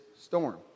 storm